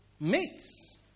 mates